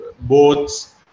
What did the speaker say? boats